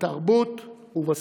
בתרבות ובספורט.